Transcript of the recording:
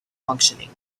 functioning